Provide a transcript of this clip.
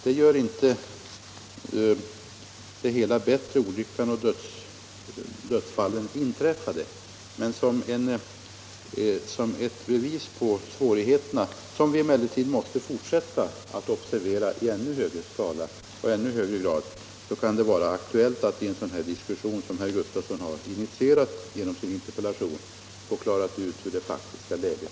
Det gör inte det hela bättre; dödsolyckan inträffade. Men som ett bevis på svårigheterna — som vi emellertid måste fortsätta att observera i ännu högre grad — kan det vara motiverat att i en sådan här diskussion, som herr Gustafsson har initierat genom sin interpellation, få klara ut det faktiska läget.